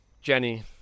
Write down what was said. Jenny